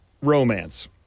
romance